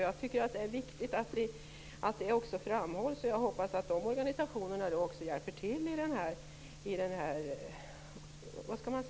Jag tycker att det är viktigt att detta framhålls och hoppas att organisationerna hjälper till med upplysningsverksamheten.